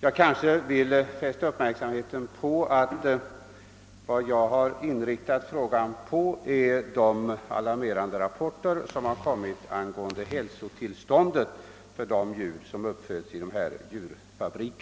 Jag vill emellertid fästa uppmärksam heten på att min fråga främst föranletts av de alarmerande rapporter som inkommit angående hälsotillståndet hos de djur som uppfödes i dessa djurfabriker.